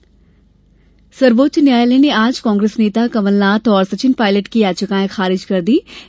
न्यायालय कमलनाथ सर्वोच्च न्यायालय ने आज कांग्रेस नेता कमलनाथ और सचिन पायलट की याचिकायें खारिज कर दीं